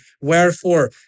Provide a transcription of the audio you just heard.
Wherefore